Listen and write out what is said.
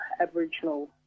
Aboriginal